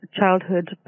childhood